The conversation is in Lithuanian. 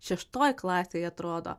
šeštoj klasėj atrodo